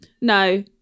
no